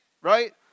right